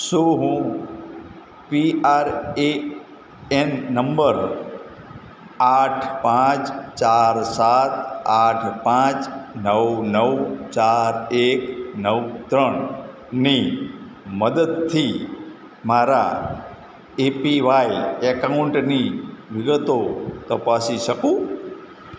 શું હું P R A N number આઠ પાંચ ચાર સાત આઠ પાંચ નવ નવ ચાર એક નવ ત્રણની મદદથી મારા એ પી વાય એકાઉન્ટની વિગતો તપાસી શકું